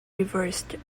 reversed